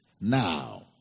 now